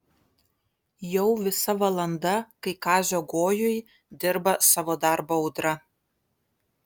jau visa valanda kai kazio gojuj dirba savo darbą audra